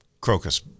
crocus